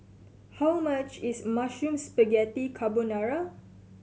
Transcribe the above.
how much is Mushroom Spaghetti Carbonara